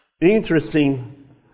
interesting